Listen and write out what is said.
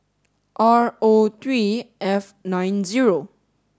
R O three F nine zero